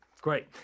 Great